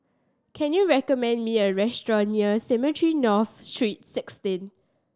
can you recommend me a restaurant near Cemetry North Street Sixteen